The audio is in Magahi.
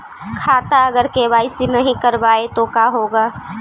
खाता अगर के.वाई.सी नही करबाए तो का होगा?